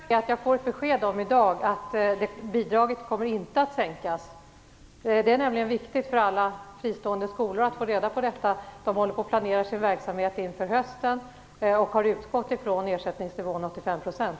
Herr talman! Innebär det att jag i dag får ett besked om att bidraget inte kommer att sänkas? Det är nämligen viktigt för alla fristående skolor att få reda på detta. De håller på att planera sin verksamhet inför hösten och har utgått ifrån en ersättningsnivå på 85 %.